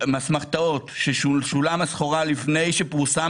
אסמכתאות ששולם עבור הסחורה לפני שזה פורסם